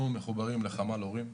אנחנו מחוברים לחמ"ל הורים.